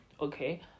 okay